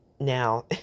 Now